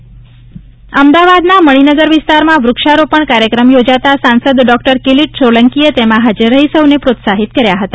કિરીટ સોલંકી વૃક્ષારોપણ અમદાવાદના મણિનગર વિસ્તારમાં વૂક્ષારોપણ કાર્યક્રમ યોજાતા સાંસદ ડોક્ટર કિરીટ સોલંકીએ તેમાં હાજર રહી સૌને પ્રોત્સાહિત કર્યા હતા